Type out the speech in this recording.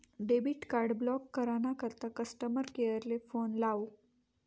debit card block करा ना करता कस्टमर केअर ले फोन लावो